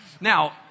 Now